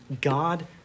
God